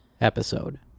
episode